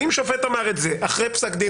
הרי אם שופט אמר את זה אחרי פסק דין